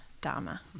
dharma